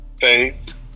Faith